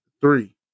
Three